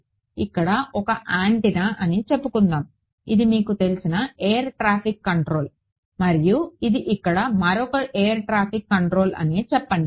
ఇది ఇక్కడ ఒక యాంటెన్నా అని చెప్పుకుందాం ఇది మీకు తెలిసిన ఎయిర్ ట్రాఫిక్ కంట్రోల్ మరియు ఇది ఇక్కడ మరొక ఎయిర్ ట్రాఫిక్ కంట్రోల్ అని చెప్పండి